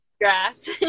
grass